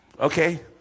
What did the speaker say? Okay